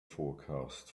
forecast